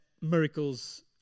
miracles